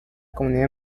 comunidad